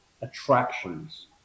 attractions